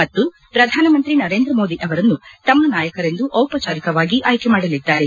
ಮತ್ತು ಪ್ರಧಾನಮಂತ್ರಿ ನರೇಂದ್ರಮೋದಿ ಅವರನ್ನು ತಮ್ಮ ನಾಯಕರೆಂದು ದಿಪಚಾರಿಕವಾಗಿ ಆಯ್ಕೆ ಮಾಡಲಿದ್ದಾರೆ